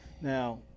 Now